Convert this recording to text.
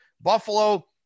Buffalo